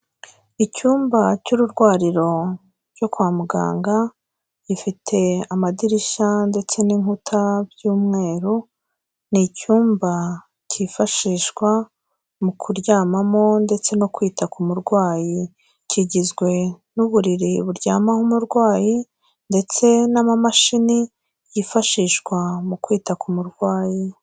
Icyumba cy'ururwariro cyo kwa muganga gifite amadirishya ndetse n'inkuta by'umweru, ni icyumba cyifashishwa mu kuryamamo ndetse no kwita ku murwayi, kigizwe n'uburiri buryamaho umurwayi ndetse n'amamashini yifashishwa mu kwita ku murwayi.